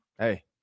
Hey